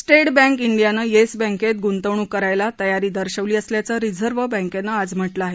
state bank डियानं yes बँकेत गृंतवणूक करायला तयारी दर्शवली असल्याचं रिझर्व बँकेनं आज म्हटलं आहे